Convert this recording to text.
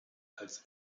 als